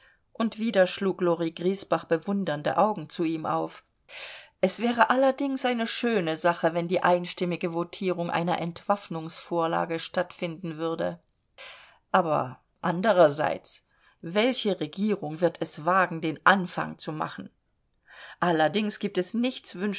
und wieder schlug lori griesbach bewundernde augen zu ihm auf es wäre allerdings eine schöne sache wenn die einstimmige votierung einer entwaffnungsvorlage stattfinden würde aber andererseits welche regierung wird es wagen den anfang zu machen allerdings gibt es nichts